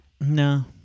No